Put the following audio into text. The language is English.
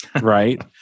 right